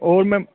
और मैम